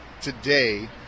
today